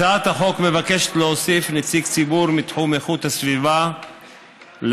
הצעת החוק מבקשת להוסיף נציג ציבור מתחום איכות הסביבה לוועדות